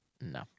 No